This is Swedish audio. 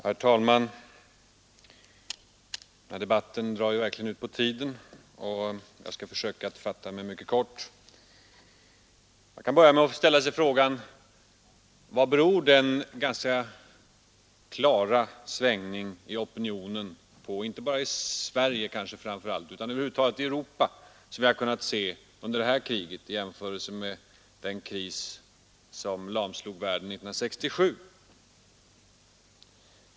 Herr talman! Debatten drar verkligen ut på tiden, och jag skall försöka att fatta mig kort. Man kan börja med att ställa sig frågan vad den klara svängning i opinionen beror på som vi har kunnat se, kanske inte framför allt i Sverige utan över huvud taget i Europa, under det här kriget i jämförelse med den kris som lamslog världen 1967.